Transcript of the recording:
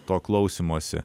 to klausymosi